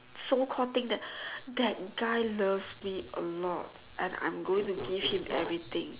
so called think that that guy loves me a lot and I'm going to give him everything